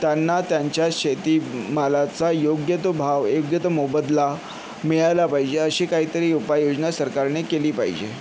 त्यांना त्यांच्या शेतीमालाचा योग्य तो भाव योग्य तो मोबदला मिळायला पाहिजे अशी काहीतरी उपाययोजना सरकारने केली पाहिजे